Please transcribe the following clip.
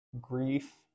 grief